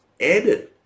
added